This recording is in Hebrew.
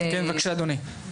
כן, בבקשה, אדוני.